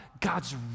God's